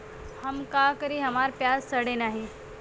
हम का करी हमार प्याज सड़ें नाही?